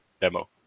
demo